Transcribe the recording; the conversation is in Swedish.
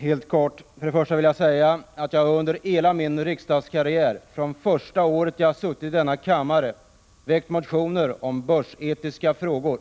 Herr talman! Jag har under hela min riksdagskarriär, från det första året jag satt i denna kammare, väckt motioner om börsetiska frågor.